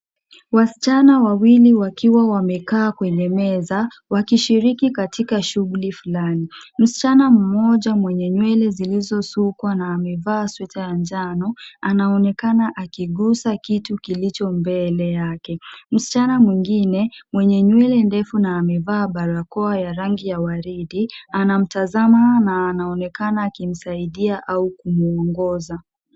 Wasichana wawili wakiwa wamekaa kwenye meza, wakishiriki katika shughuli fulani. Msichana mmoja mwenye nywele zilizosukwa na amevaa sweta ya njano anaonekana akigusa kitu kilicho mbele yake. Msichana mwingine mwenye nywele ndefu na amevaa barakoa ya rangi ya waridi anamtazama na anaonekana akimsaidia au kumuongoza.